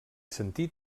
sentit